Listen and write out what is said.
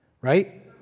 right